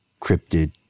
cryptid